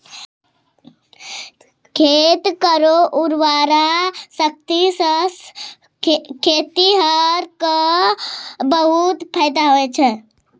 खेत केरो उर्वरा शक्ति सें खेतिहर क बहुत फैदा होय छै